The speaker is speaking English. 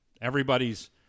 Everybody's